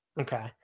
okay